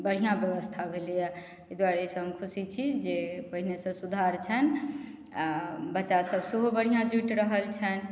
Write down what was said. बढ़िआँ व्यवस्था भेलै हँ एहि दुआरे एहि से हम खुशी छी जे पहिने से सुधार छनि आ बच्चा सभ सेहो बढ़िआँ जुटि रहल छनि